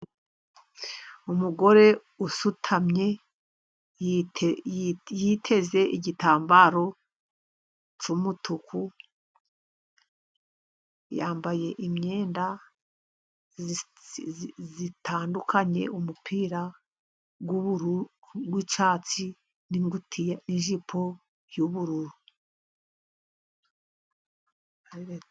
Umugore usutamye, yiteze igitambaro cy'umutuku, yambaye imyenda itandukanye umupira w'icyatsi, n'ijipo y'ubururu.